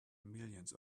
millions